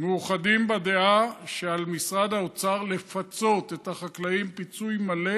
בדעה שעל משרד האוצר לפצות את החקלאים פיצוי מלא